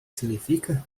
significa